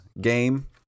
game